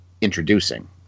introducing